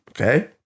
Okay